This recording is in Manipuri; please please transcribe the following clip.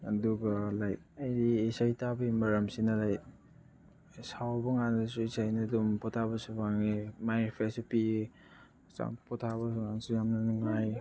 ꯑꯗꯨꯒ ꯂꯥꯏꯛ ꯑꯩ ꯏꯁꯩ ꯇꯥꯕꯒꯤ ꯃꯔꯝꯁꯤꯅ ꯂꯥꯏꯛ ꯁꯥꯎꯕ ꯀꯥꯟꯗꯁꯨ ꯏꯁꯩꯅ ꯑꯗꯨꯝ ꯄꯣꯊꯥꯕꯁꯨ ꯐꯪꯉꯦ ꯃꯥꯏꯟ ꯔꯤꯐ꯭ꯔꯦꯁꯁꯨ ꯄꯤꯌꯦ ꯍꯛꯆꯥꯡ ꯄꯣꯊꯥꯕ ꯌꯥꯝꯅ ꯅꯨꯡꯉꯥꯏ